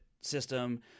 system